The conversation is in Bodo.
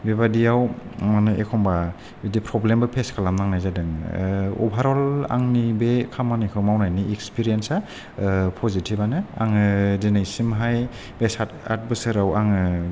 बेबादियाव माने एखम्बा बिदि प्रबलेमबो फेस खालामनांनाय जादों ओ अभारल आंनि बे खामानिखौ मावनायनि एक्सपिरियेन्सा ओ पसिटिभानो आङो दिनैसिमहाय बे साट आट बोसोराव आङो